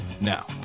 Now